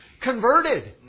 converted